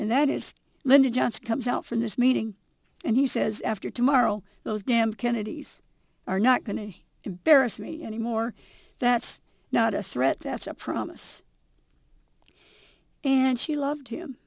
and that is lyndon johnson comes out from this meeting and he says after tomorrow those damn kennedys are not going to embarrass me anymore that's not a threat that's a promise and she loved